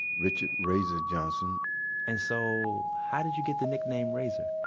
richard razor johnson and so, how did you get the nickname razor?